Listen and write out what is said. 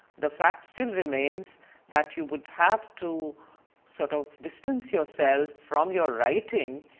the fact still remains that you would have to sort of distance yourself from your writing,